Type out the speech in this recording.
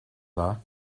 dda